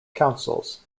councils